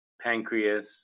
pancreas